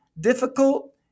difficult